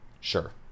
Sure